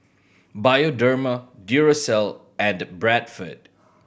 Bioderma Duracell and Bradford